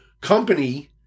Company